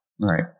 Right